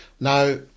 Now